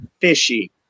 fishy